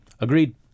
Agreed